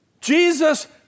Jesus